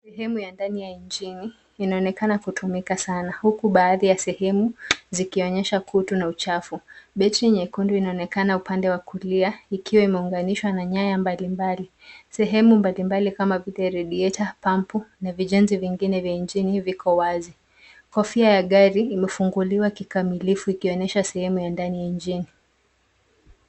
Sehemu ya ndani ya injini inaonekana kutumika sana huku baadhi ya sehemu zikionyesha kutu na uchafu. Betri nyekundu inaonekana upande wa kulia ikiwa imeunganishwa na nyaya mbalimbali. Sehemu mbalimbali kama vile radiator , pampu na vijenzi vingine vya injini viko wazi. Kofia ya gari imefunguliwa kikamilifu ikionyesha sehemu ya ndani ya injini.